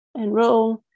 enroll